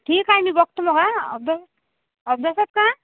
ठीक आहे मी बघतो मग हा अभ्य अभ्यासात का